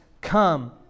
come